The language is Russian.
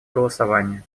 голосования